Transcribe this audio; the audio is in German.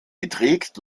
beträgt